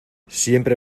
siempre